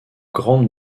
grandes